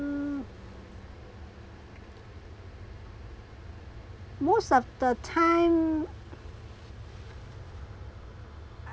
most of the time